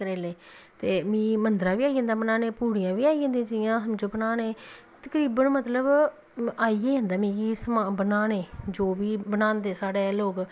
करेले ते मी मद्धरा बी आई जंदा बनाने पूड़ियां बी आई जंदियां जो बनाने तकरीबन मतलब आई गै जंदा मिगी बनाने जो बी बनांदे साढ़े लोग